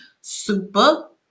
super